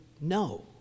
no